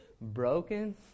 broken